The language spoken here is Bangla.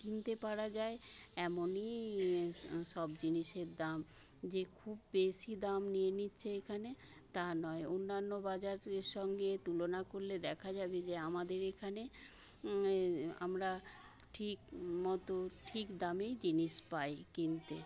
কিনতে পারা যায় এমনি সব জিনিসের দাম যে খুব বেশি দাম নিয়ে নিচ্ছে এখানে তা নয় অন্যান্য বাজারের সঙ্গে তুলনা করলে দেখা যাবে যে আমাদের এখানে আমরা ঠিকমতো ঠিক দামেই জিনিস পাই কিনতে